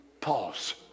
pause